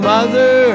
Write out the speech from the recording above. Mother